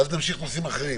ואז נמשיך נושאים אחרים.